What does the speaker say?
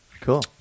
Cool